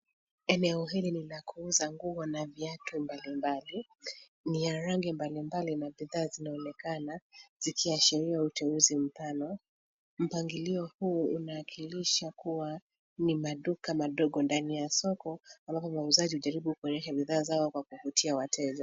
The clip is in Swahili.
Eneo hili ni la kuuza nguo na viatu mbalimbali. Ni ya rangi mbalimbali na bidhaa zinaonekana zikiashiria uteuzi mpano. Mpangilio huo unaakilisha kua ni maduka madogo ndani ya soko ambapo wauzaji hujaribu kuleta bidhaa zao kwa kuvutia wateja.